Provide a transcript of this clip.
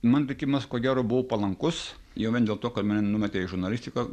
man likimas ko gero buvo palankus jau vien dėl to kad mane numetė į žurnalistiką